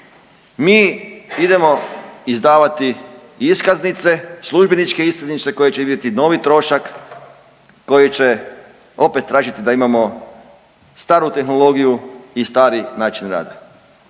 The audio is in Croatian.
mi idemo izdavati iskaznice, službeničke iskaznice koje će donijeti novi trošak, koje će opet tražiti da imamo staru tehnologiju i stari način rada